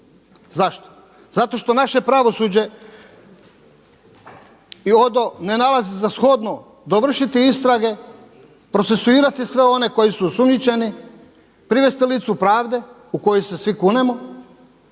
…/Govornik se ne razumije./… ne nalazi za shodno dovršiti istrage, procesuirati sve one koji su osumnjičeni, privesti licu pravde u koju se svi kunemo.